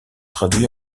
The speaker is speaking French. traduits